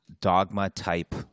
dogma-type